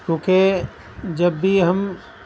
کیونکہ جب بھی ہم